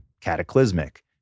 cataclysmic